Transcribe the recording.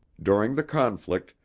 during the conflict,